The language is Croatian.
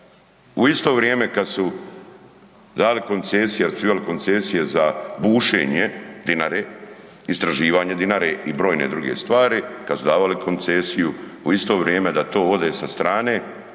u isto vrijeme kad su dali koncesije, .../Govornik se ne razumije./... koncesije za bušenje Dinare, istraživanje Dinare i brojne druge stvari kad su davali koncesiju u isto vrijeme da to ode sa strane,